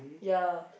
ya